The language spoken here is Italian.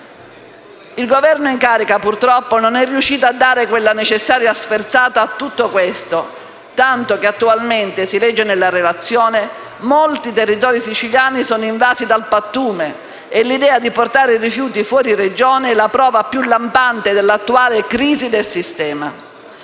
Il Governo in carica, purtroppo, non è riuscito a dare la necessaria sferzata a tutto questo, tanto che attualmente, si legge nella relazione: «molti territori siciliani sono invasi dal pattume e l'idea di portare i rifiuti fuori regione è la prova più lampante dell'attuale crisi di sistema».